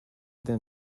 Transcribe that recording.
then